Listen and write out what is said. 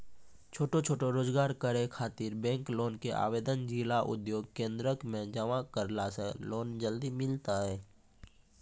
छोटो छोटो रोजगार करै ख़ातिर बैंक लोन के आवेदन जिला उद्योग केन्द्रऽक मे जमा करला से लोन जल्दी मिलतै?